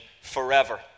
forever